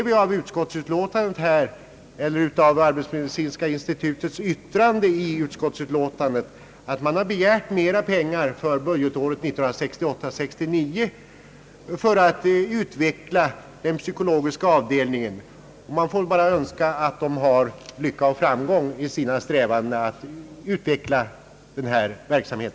Vi ser av arbetsmedicinska institutets yttrande i utskottsutlåtandet, att man har begärt mera pengar för budgetåret 1968/69 för att utveckla den psykologiska avdelningen. Man får bara önska att institutet har lycka och framgång i sina strävanden att utveckla sin verksamhet.